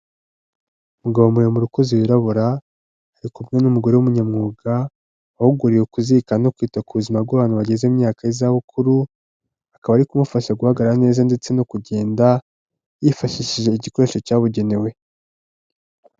Umugabo muremure ukuze wirabura, ari kumwe n'umugore w'umunyamwuga, wahuguwe kuzirikana no kwita ku buzima bw'abantu bageze mu myaka y'izabukuru, akaba ari kumufasha guhagarara neza ndetse no kugenda, yifashishije igikoresho cyabugenewe.